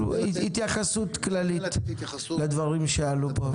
התייחסות כללית לדברים שעלו פה.